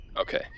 Okay